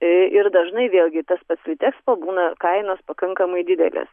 ir dažnai vėlgi tas pats litexpo būna kainos pakankamai didelės